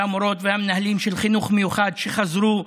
המורות והמנהלים של החינוך המיוחד שחזרו.